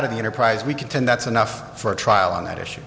of the enterprise we contend that's enough for a trial on that issue